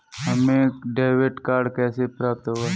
हमें debit card कैसे प्राप्त होगा?